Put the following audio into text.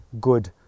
good